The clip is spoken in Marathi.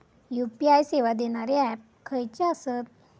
यू.पी.आय सेवा देणारे ऍप खयचे आसत?